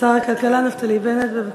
שר הכלכלה נפתלי בנט, בבקשה.